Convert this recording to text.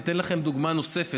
אני אתן לכם דוגמה נוספת.